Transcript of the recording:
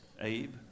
Abe